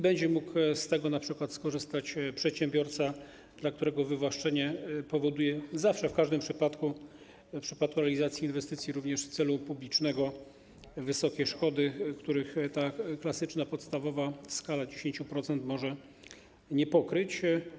Będzie mógł z tego skorzystać np. przedsiębiorca, dla którego wywłaszczenie powoduje zawsze, w każdym przypadku, również w przypadku realizacji inwestycji celu publicznego, wysokie szkody, których ta klasyczna, podstawowa skala 10% może nie pokryć.